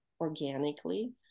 organically